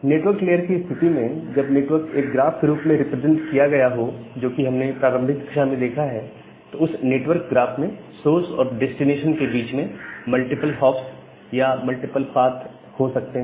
network की स्थिति में जब नेटवर्क एक ग्राफ के रूप में रिप्रेजेंट किया गया हो जो कि हमने प्रारंभिक कक्षा में देखा है तो उस नेटवर्क ग्राफ में सोर्स और डेस्टिनेशन के बीच में मल्टीपल हॉप्स या मल्टीपल पाथ हो सकते हैं